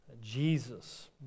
Jesus